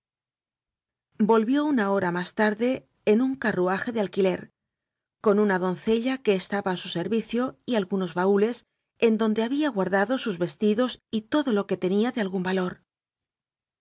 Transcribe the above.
volvió una hora más tarde en un carruaje de alquiler con una doncella que estaba a su servicio y algunos baúles en donde había guardado sus vestidos y todo lo que tenía de algún valor